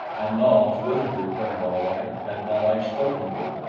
and nobs would have returned, all right, had not i spoken to him.